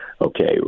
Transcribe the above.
Okay